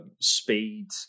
speed